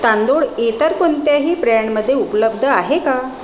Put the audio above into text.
तांदूळ इतर कोणत्याही ब्रँडमध्ये उपलब्ध आहे का